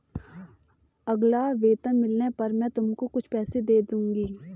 अगला वेतन मिलने पर मैं तुमको कुछ पैसे दे दूँगी